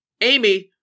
Amy